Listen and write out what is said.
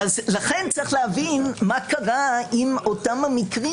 לכן צריך להבין מה קרה עם אותם המקרים